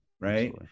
Right